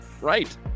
right